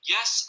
Yes